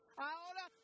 Ahora